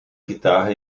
guitarra